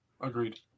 Agreed